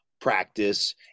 practice